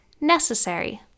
necessary